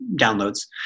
downloads